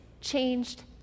changed